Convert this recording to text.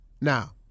Now